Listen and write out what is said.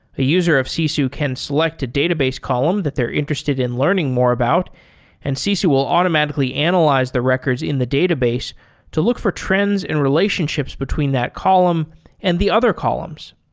ah user of sisu can select a database column that they're interested in learning more about and sisu will automatically analyze the records in the database to look for trends and relationships between that column and the other columns.